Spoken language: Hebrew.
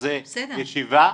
שזה ישיבה,